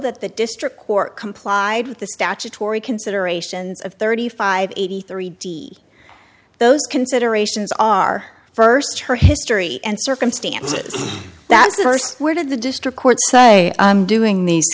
that the district court complied with the statutory considerations of thirty five eighty three d those considerations are first her history and circumstances that's the first where did the district court say i'm doing these